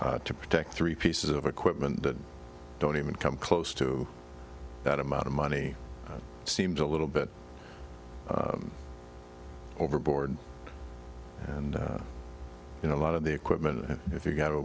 to protect three pieces of equipment that don't even come close to that amount of money seems a little bit overboard and you know a lot of the equipment if you got